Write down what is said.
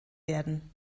werden